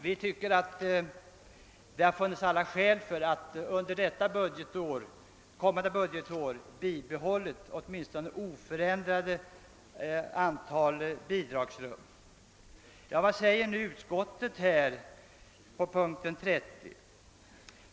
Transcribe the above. Vi tycker det finns goda skäl för att under kommande budgetår bibehålla ett åtminstone oförändrat antal bidragsrum. Vad säger nu utskottet under punkten 30?